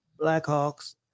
Blackhawks